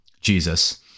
Jesus